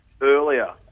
earlier